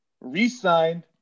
re-signed